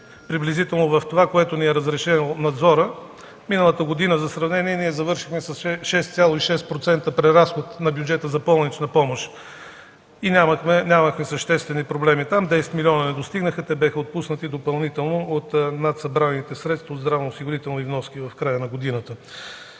приблизително в това, което ни е разрешил надзорът. Миналата година, за сравнение, ние завършихме с 6,6% преразход на бюджета за болнична помощ и нямахме съществени проблеми там. Десет милиона не достигнаха, те бяха отпуснати допълнително от събраните в повече средства от здравноосигурителни вноски в края на годината.